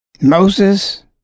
Moses